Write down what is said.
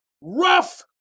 rough